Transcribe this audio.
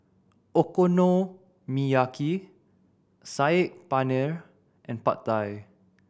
Okonomiyaki Saag Paneer and Pad Thai